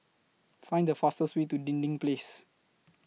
Find The fastest Way to Dinding Place